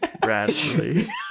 Bradley